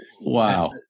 Wow